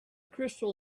crystal